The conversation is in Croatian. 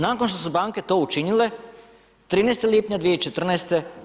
Nakon što su banke to učinile, 13. lipnja 2014.